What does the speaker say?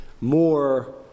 more